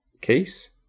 case